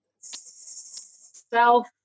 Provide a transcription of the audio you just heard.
self